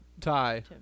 tie